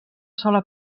sola